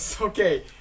Okay